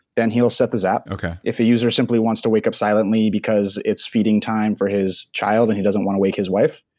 then he'll set the zap okay if a user simply wants to wake up silently because it's feeding time for his child and he doesn't want to wake his wife,